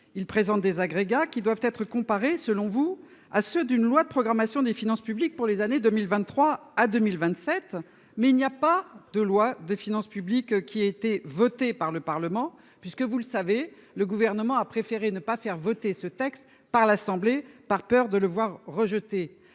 Ils présentent des agrégats qui doivent être comparés selon vous à ceux d'une loi de programmation des finances publiques pour les années 2023 à 2027 mais il n'y a pas de loi de finances publiques qui a été votée par le Parlement, puisque vous le savez le gouvernement a préféré ne pas faire voter ce texte par l'Assemblée, par peur de le voir rejeté.